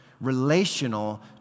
relational